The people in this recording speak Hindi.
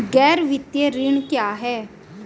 गैर वित्तीय ऋण क्या है?